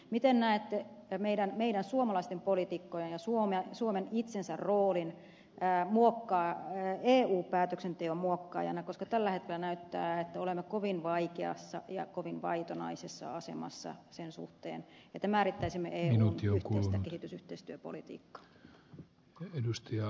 miten näette meidän suomalaisten poliitikkojen ja suomen itsensä roolin eu päätöksenteon muokkaajana koska tällä hetkellä näyttää että olemme kovin vaikeassa ja kovin vaitonaisessa asemassa sen suhteen että määrittäisimme eun yhteistä kehitysyhteistyöpolitiikkaa